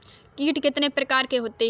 कीट कितने प्रकार के होते हैं?